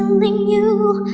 sing you